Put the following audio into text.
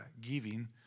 giving